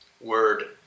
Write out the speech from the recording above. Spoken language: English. word